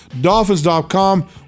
Dolphins.com